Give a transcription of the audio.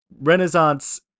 Renaissance